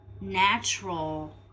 natural